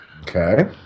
Okay